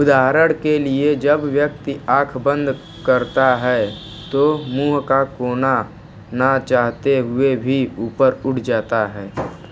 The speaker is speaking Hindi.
उदाहरण के लिए जब व्यक्ति आँख बंद करता है तो मुँह का कोना न चाहते हुए भी ऊपर उठ जाता है